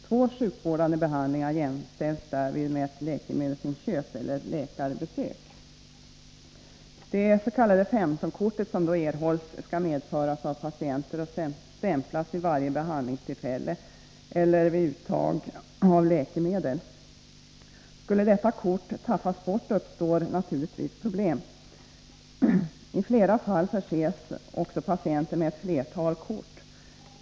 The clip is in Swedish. Två sjukvårdande behandlingar jämställs därvid med ett läkemedelsinköp eller läkarbesök. Det s.k. 15-kortet, som då erhålls, skall medföras av patienten och stämplas vid varje behandlingstillfälle eller vid varje uttag av läkemedel. Skulle detta kort tappas bort uppstår naturligtvis problem. I flera fall förses också patienten med ett flertal kort.